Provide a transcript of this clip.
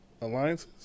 alliances